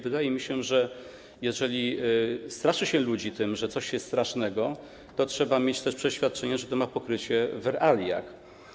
Wydaje mi się, że jeżeli straszy się ludzi tym, że coś jest strasznego, to trzeba mieć też przeświadczenie, że to ma pokrycie w realiach.